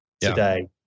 today